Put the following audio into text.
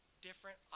different